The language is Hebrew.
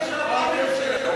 מה הקשר לפריימריז שלנו?